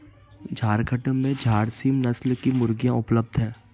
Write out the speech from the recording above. झारखण्ड में झारसीम नस्ल की मुर्गियाँ उपलब्ध है